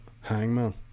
hangman